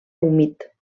humit